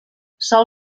sol